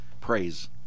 praise